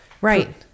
Right